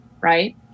Right